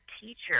teacher